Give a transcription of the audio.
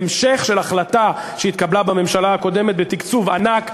של החלטה שהתקבלה בממשלה הקודמת בתקצוב ענק,